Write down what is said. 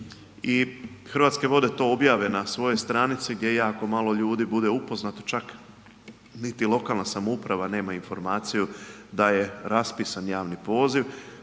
i Hrvatske vode to objave na svojoj stranici gdje jako malo ljudi bude upoznato, čak niti lokalna samouprava nema informaciju da je raspisan javni poziv